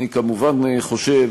אני, כמובן, חושב